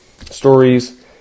stories